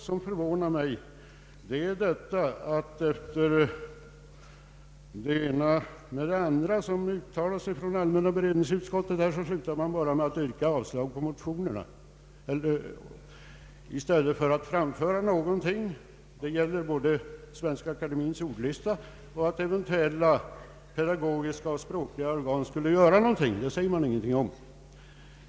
Det förvånar mig att allmänna beredningsutskottet, efter att ha uttalat än det ena och än det andra, slutar med att bara yrka avslag på motionen i stället för att säga någonting om Svenska akademiens ordlista eller om att pedagogiska och språkliga organ skulle göra någonting.